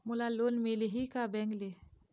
मोला लोन मिलही का बैंक ले?